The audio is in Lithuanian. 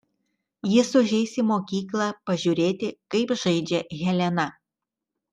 jis užeis į mokyklą pažiūrėti kaip žaidžia helena